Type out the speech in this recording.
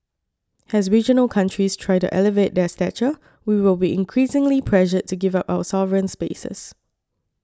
as regional countries try to elevate their stature we will be increasingly pressured to give up our sovereign spaces